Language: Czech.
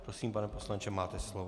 Prosím, pane poslanče, máte slovo.